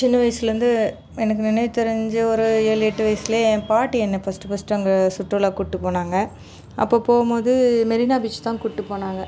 சின்ன வயசுலேருந்து எனக்கு நினைவு தெரிஞ்ச ஒரு ஏழு எட்டு வயசில் என் பாட்டி என்னை ஃபஸ்ட்டு ஃபஸ்ட்டு அங்கே சுற்றுலா கூட்டி போனாங்க அப்போ போகுமோது மெரினா பீச் தான் கூட்டி போனாங்க